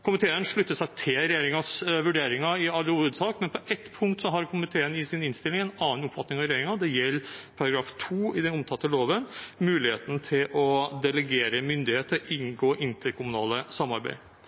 Komiteen slutter seg til regjeringens vurderinger i all hovedsak, men på ett punkt har komiteen i sin innstilling en annen oppfatning enn regjeringen, og det gjelder § 2 i den omtalte loven – muligheten til å delegere myndighet til å inngå interkommunalt samarbeid.